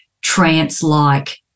trance-like